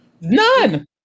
None